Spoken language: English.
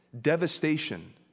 Devastation